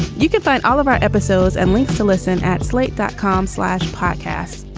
you can find all of our episodes and links to listen at slate that com slash podcast.